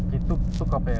correct